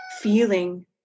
feeling